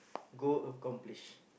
go accomplish